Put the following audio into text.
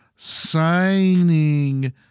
Signing